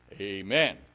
Amen